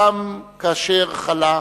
גם כאשר חלה,